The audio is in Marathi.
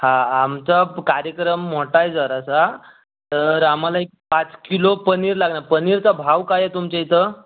हां आमचा कार्यक्रम मोठा आहे जरासा तर आम्हाला एक पाच किलो पनीर लागणार पनीरचा भाव काय आहे तुमच्या इथं